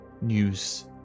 news